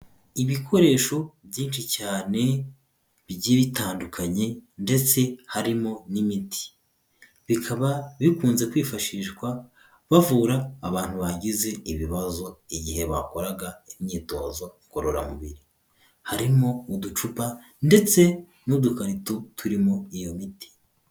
Ibikoresho byinshi cyane bigiye bitandukanye ndetse harimo n'imiti. Bikaba bikunze kwifashishwa bavura abantu bagize ibibazo igihe bakoraga imyitozo ngororamubiri. Harimo n'uducupa ndetse n'udukarito turimo iyo miti.